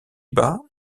bas